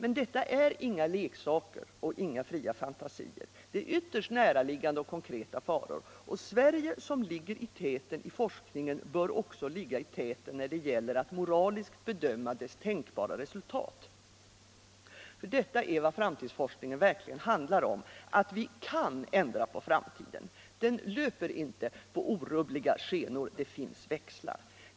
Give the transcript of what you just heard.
Men detta är inga leksaker och inga fria fantasier, det är ytterst näraliggande och konkreta faror, och Sverige som ligger i täten i forskningen bör också ligga i täten när det gäller att moraliskt bedöma dess tänkbara resultat. För detta är vad framtidsforskning verkligen handlar om: att vi kan ändra på framtiden. Den löper inte på orubbliga skenor, utan det finns växlar.